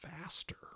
faster